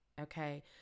okay